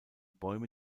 bäume